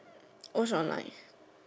most online